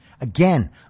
Again